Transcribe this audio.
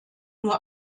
nur